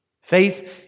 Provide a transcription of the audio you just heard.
Faith